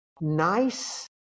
nice